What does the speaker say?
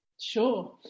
Sure